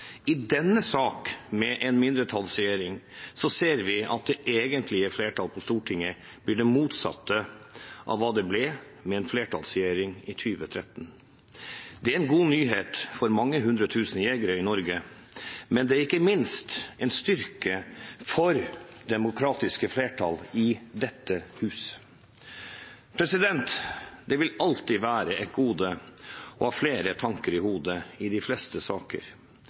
I denne sak, med en mindretallsregjering, ser vi at det egentlige flertall på Stortinget blir det motsatte av hva det ble med en flertallsregjering i 2013. Det er en god nyhet for mange hundre tusen jegere i Norge, men det er ikke minst en styrke for det demokratiske flertall i dette hus. Det vil alltid være et gode å ha flere tanker i hodet i de fleste saker.